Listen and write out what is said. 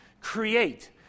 create